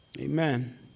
Amen